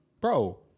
Bro